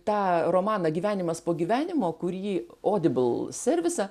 tą romaną gyvenimas po gyvenimo kurį odibal servise